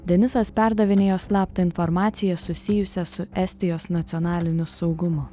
denisas perdavinėjo slaptą informaciją susijusią su estijos nacionaliniu saugumu